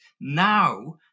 Now